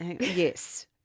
yes